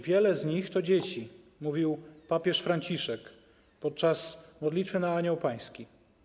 Wiele z nich to dzieci - mówił papież Franciszek podczas modlitwy na Anioł Pański.